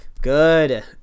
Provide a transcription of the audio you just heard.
good